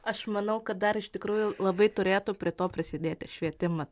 aš manau kad dar iš tikrųjų labai turėtų prie to prisidėti švietimas